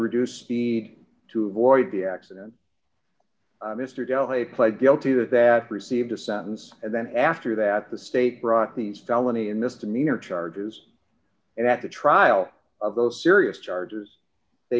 reduce speed to avoid the accident mr della pled guilty to that received a sentence and then after that the state brought these delany and misdemeanor charges and at the trial of those serious charges they